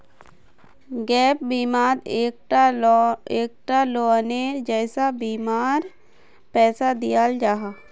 gap बिमात एक टा लोअनेर जैसा बीमार पैसा दियाल जाहा